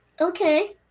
Okay